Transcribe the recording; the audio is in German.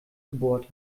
gebohrt